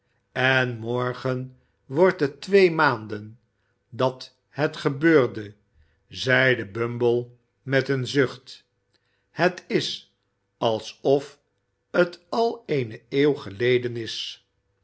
en morgen wordt het twee maanden dat het gebeurde zeide bumble met een zucht het is alsof t al eene eeuw geleden is